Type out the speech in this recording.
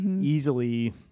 easily